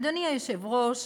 אדוני היושב-ראש,